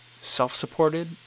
self-supported